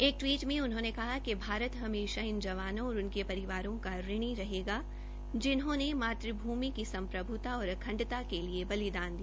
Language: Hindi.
एक टवीट में उन्होंने कहा कि भारत हमेशा इन जवानों और उनके परिवारों का ऋणी रहेगा जिन्होंने मात्रभूमि की संप्रभूता और अखंडता के लिए बलिदान दिया